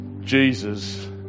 Jesus